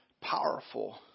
powerful